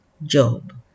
Job